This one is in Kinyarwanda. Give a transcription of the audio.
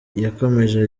yakomeje